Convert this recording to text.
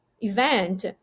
event